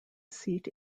seat